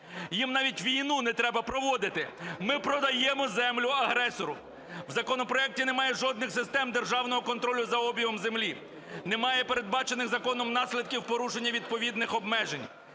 Їм навіть війну не треба проводити. Ми продаємо землю агресору. В законопроекті немає жодних систем державного контролю за обігом землі. Немає передбачених законом наслідків порушення відповідних обмежень.